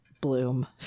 bloom